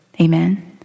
Amen